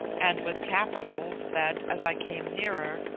and with capitals that, as i came nearer,